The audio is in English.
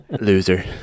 loser